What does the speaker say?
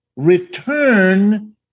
Return